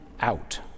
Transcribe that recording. out